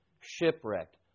Shipwrecked